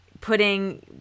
putting